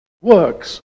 works